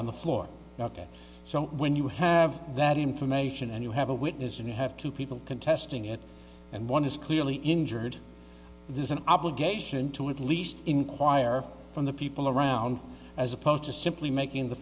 on the floor so when you have that information and you have a witness and you have two people contesting it and one is clearly injured there's an obligation to at least inquire from the people around as opposed to simply making the